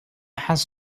has